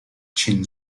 chin